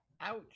Ouch